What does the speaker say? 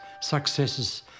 successes